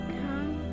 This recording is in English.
come